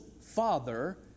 father